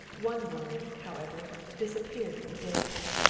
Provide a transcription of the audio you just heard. one worry, however, disappeared with the days.